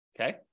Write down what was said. Okay